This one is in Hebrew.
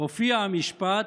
הופיע המשפט: